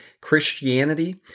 Christianity